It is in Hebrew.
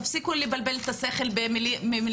תפסיקו לבלבל את השכל במילים,